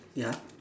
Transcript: ya